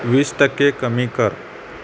वीस टक्के कमी कर